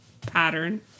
pattern